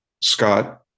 Scott